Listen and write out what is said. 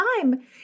time